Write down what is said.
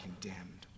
condemned